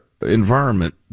Environment